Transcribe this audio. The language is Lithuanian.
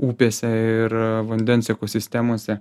upėse ir vandens ekosistemose